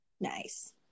nice